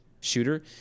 shooter